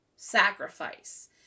sacrifice